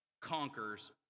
conquers